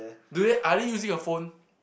do they are they using a phone